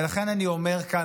ולכן אני אומר כאן,